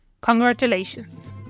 Congratulations